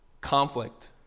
conflict